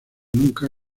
nunca